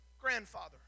grandfather